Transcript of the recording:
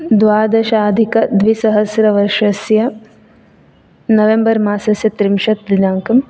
द्वादशाधिकद्विसहस्रवर्षस्य November मासस्य त्रिंशद्दिनाङ्कं